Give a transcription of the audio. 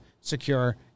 secure